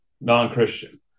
non-Christian